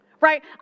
Right